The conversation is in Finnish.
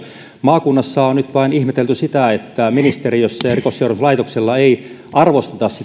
maakunnassa on nyt vain ihmetelty sitä että ministeriössä ja rikosseuraamuslaitoksella ei arvosteta